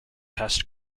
test